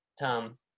Tom